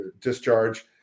discharge